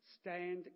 stand